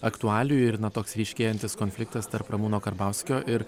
aktualijų ir na toks ryškėjantis konfliktas tarp ramūno karbauskio ir